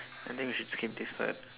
I think we should skip this part